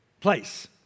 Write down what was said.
place